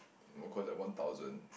no cost at one thousand